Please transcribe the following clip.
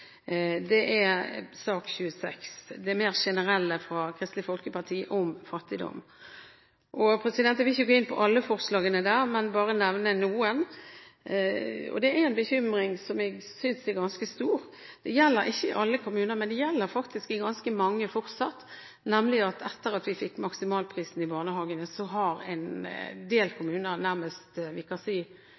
Det er sak nr. 26 – det mer generelle representantforslaget fra Kristelig Folkeparti om fattigdom. Jeg vil ikke gå inn på alle forslagene der, men bare nevne noen. Det er en bekymring som jeg synes er ganske stor. Det gjelder ikke i alle kommuner, men det gjelder faktisk i ganske mange. Etter at vi fikk maksimalprisen i barnehagene, har en del kommuner